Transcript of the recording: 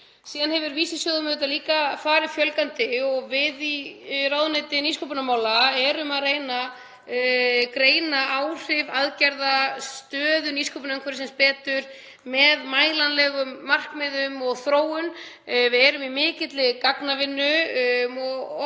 Svo hefur vísisjóðum líka farið fjölgandi og við í ráðuneyti nýsköpunarmála erum að reyna að greina áhrif aðgerða, stöðu nýsköpunarumhverfisins betur með mælanlegum markmiðum og þróun. Við erum í mikilli gagnavinnu og